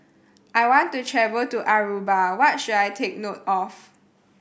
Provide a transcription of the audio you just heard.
I want to travel to Aruba what should I take note of